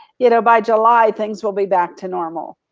you know, by july things will be back to normal.